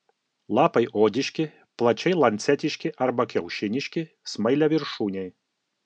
lapai odiški plačiai lancetiški arba kiaušiniški smailiaviršūniai